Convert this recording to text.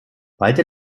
weite